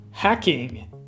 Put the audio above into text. Hacking